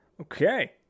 Okay